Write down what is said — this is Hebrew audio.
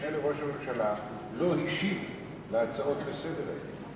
המשנה לראש הממשלה לא השיב על ההצעות לסדר-היום,